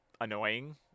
annoying